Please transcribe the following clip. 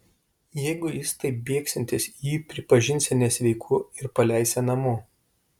jeigu jis taip bėgsiantis jį pripažinsią nesveiku ir paleisią namo